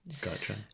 Gotcha